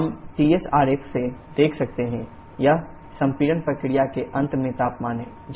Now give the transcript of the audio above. हम Tsआरेख से देख सकते हैं यह संपीड़न प्रक्रिया के अंत में तापमान है